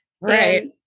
Right